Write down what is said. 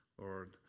Lord